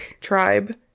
tribe